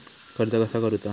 कर्ज कसा करूचा?